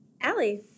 Allie